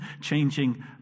changing